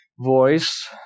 voice